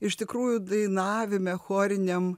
iš tikrųjų dainavime choriniam